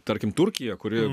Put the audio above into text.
tarkim turkija kuri